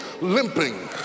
limping